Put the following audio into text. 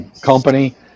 company